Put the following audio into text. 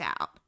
out